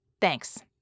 Thanks